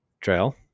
trail